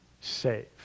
save